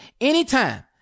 anytime